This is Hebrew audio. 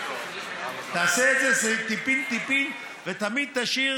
תעשה את זה טיפין-טיפין, ותמיד תשאיר